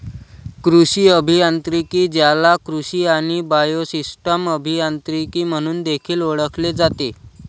कृषी अभियांत्रिकी, ज्याला कृषी आणि बायोसिस्टम अभियांत्रिकी म्हणून देखील ओळखले जाते